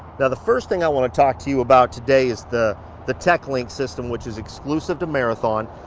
the the first thing i want to talk to you about today is the the techlink system which is exclusive to marathon.